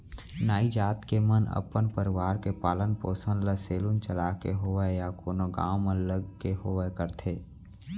नाई जात के मन अपन परवार के पालन पोसन ल सेलून चलाके होवय या कोनो गाँव म लग के होवय करथे